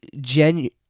genuine